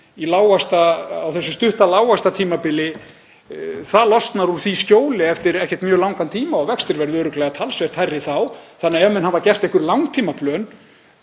á þessu stutta lágvaxtatímabili losnar úr því skjóli eftir ekkert mjög langan tíma og vextir verða örugglega talsvert hærri þá, þannig að ef menn hafa gert einhver langtímaplön,